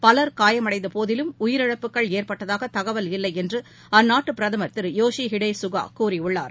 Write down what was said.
power காயமடைந்தபோதிலும் உயிரிழப்புகள் ஏற்பட்டதாகதகவல் இல்லைஎன்ற அஅ்நாட்டுபிரதமர் திருயோஷி ஹிடேசுகாகூறியுள்ளார்